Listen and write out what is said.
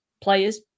players